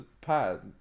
pad